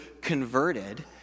converted